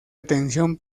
atención